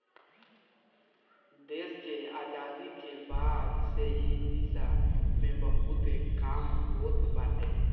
देस के आजादी के बाद से इ दिशा में बहुते काम होत बाटे